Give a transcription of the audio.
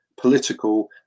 political